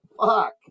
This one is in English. fuck